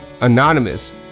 anonymous